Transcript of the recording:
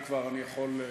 אם כבר אני יכול,